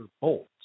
bolts